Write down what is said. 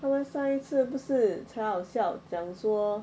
他们上一次不是超好笑讲说